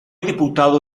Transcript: diputado